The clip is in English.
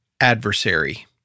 adversary